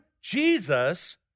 Jesus